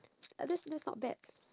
uh that's that's not bad